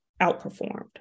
outperformed